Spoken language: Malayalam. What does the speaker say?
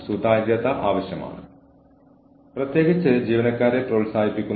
കൂടാതെ നിങ്ങൾ എങ്ങനെയാണ് ആളുകളേ സ്വീകരിക്കാൻ ഉദ്ദേശിക്കുന്നത്